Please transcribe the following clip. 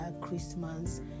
christmas